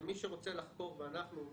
ומי שרוצה לחקור ואנחנו,